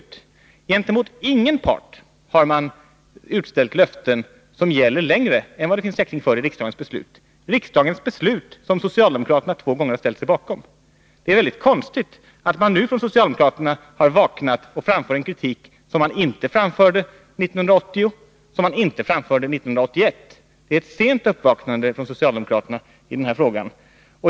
Inte gentemot någon part har regeringen utställt löften som gäller längre än vad det finns täckning för i riksdagens beslut — riksdagens beslut, som socialdemokraterna två gånger har ställt sig bakom. Det är mycket konstigt att man nu från socialdemokratisk sida har vaknat och framför en kritik som man inte framförde 1980 eller 1981. Det är ett sent uppvaknande från socialdemokraterna i den här frågan.